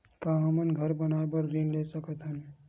का हमन घर बनाए बार ऋण ले सकत हन?